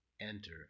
Enter